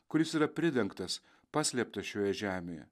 kuris yra pridengtas paslėpta šioje žemėje